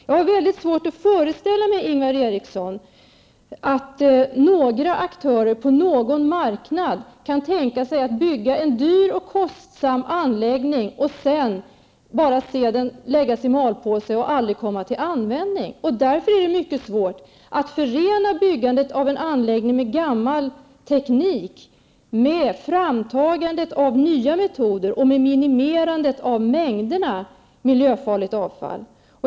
Jag har mycket svårt att föreställa mig, Ingvar Eriksson, att några aktörer på någon marknad kan tänka sig att bygga en dyr och kostsam anläggning och sedan se den läggas i malpåse och aldrig komma till användning. Därför är det mycket svårt att förena byggandet av en anläggning med gammal teknik med framtagandet av nya metoder och med minimerandet av mängderna miljöfarligt avfall.